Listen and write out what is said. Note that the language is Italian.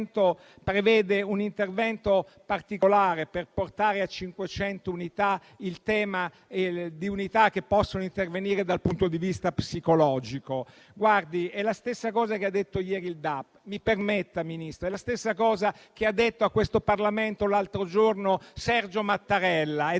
prevede un intervento particolare per portare a 500 le unità che possono intervenire dal punto di vista psicologico. Guardi, è la stessa cosa che ha detto ieri il DAP. Mi permetta, Ministro, è la stessa cosa che ha detto a questo Parlamento l'altro giorno Sergio Mattarella